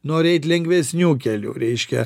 nori eit lengvesniu keliu reiškia